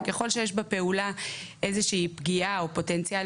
וכלל שיש בפעולה איזושהי פגיעה או פוטנציאל